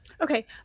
Okay